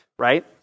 right